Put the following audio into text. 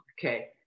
okay